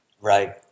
Right